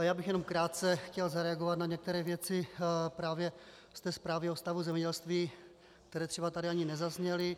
Já bych jenom krátce chtěl zareagovat na některé věci právě z té zprávy o stavu zemědělství, které třeba tady ani nezazněly.